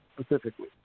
Specifically